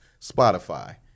Spotify